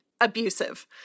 abusive